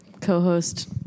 co-host